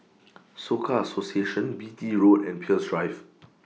Soka Association Beatty Road and Peirce Drive